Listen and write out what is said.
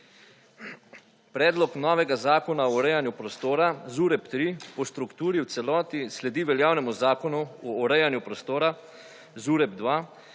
Predlog novega zakona o urejanju prostora, ZUREP-3, po strukturi v celoti sledi veljavnemu zakonu o urejanju prostora ZUREP-2,